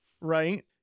Right